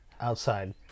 outside